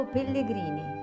Pellegrini